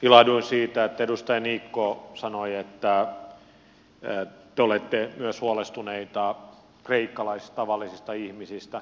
ilahduin siitä että edustaja niikko sanoi että te olette myös huolestuneita tavallisista kreikkalaisista ihmisistä